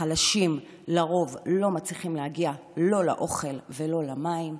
החלשים לרוב לא מצליחים להגיע לא לאוכל ולא למים.